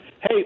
Hey